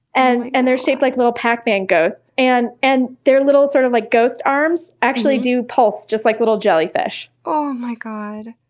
and and they're shaped like little pac-man ghosts, and and their little sort of like ghost arms actually do pulse, just like little jellyfish. oh my god.